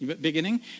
Beginning